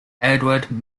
edward